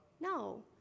No